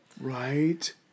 Right